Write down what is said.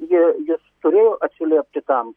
ji jis turėjo atsiliepti tam